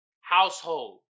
household